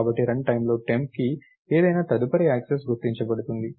కాబట్టి రన్ టైమ్లో టెంప్కి ఏదైనా తదుపరి యాక్సెస్ గుర్తించబడుతుంది